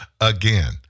again